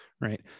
right